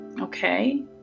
okay